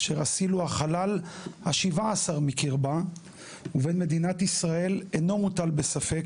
אשל אסיל הוא החלל ה-17 מקרבה ובין מדינת ישראל אינו מוטל בספק.